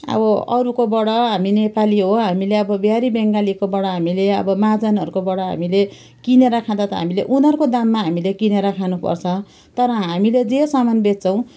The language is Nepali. अब अरूको बाट हामी नेपाली हो हामीले अब बिहारी बेङ्गालीको बाट हामीले अब महाजनहरूको बाट हामीले किनेर खाँदा त हामीले उनीहरूको दाममा हामीले किनेर खानु पर्छ तर हामीले जे सामान बेच्छौँ